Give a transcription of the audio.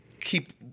keep